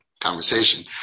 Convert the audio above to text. conversation